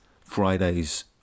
Fridays